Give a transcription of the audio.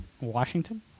Washington